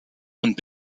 und